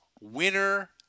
Winner